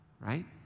right